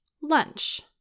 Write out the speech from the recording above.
lunch